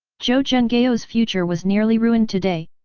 zhou zhenghao's future was nearly ruined today,